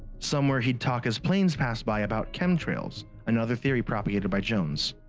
some where he'd talk as planes passed by about chemtrails, another theory propagated by jones.